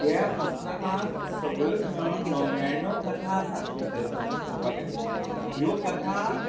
ह्या पुस्तकांत सगळ्योच मेळोन णव्या णव कथा आसात भितर पोवपाक गेल्यार ह्यो कथा